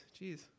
Jeez